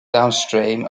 downstream